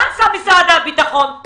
מה עשה משרד הביטחון?